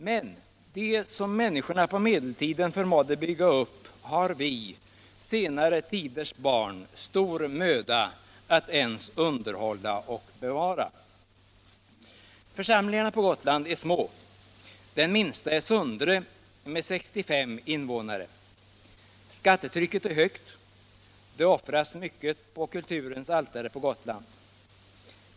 Men det som människorna på medeltiden förmådde bygga upp har vi, senare tiders barn, stor möda att ens underhålla och bevara. Församlingarna på Gotland är små, den minsta är Sundre med 65 invånare. Skattetrycket är högt — det offras mycket på kulturens altare på Gotland.